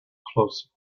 close